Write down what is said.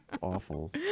Awful